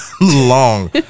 Long